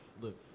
look